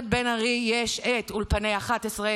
נמציא שאנחנו היחידים שמשרתים בצבא,